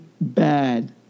bad